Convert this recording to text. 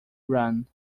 run